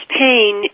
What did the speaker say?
pain